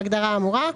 בהגדרה האמורה,